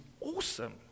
awesome